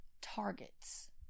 targets